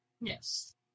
Yes